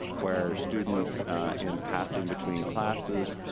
where students in passing between classes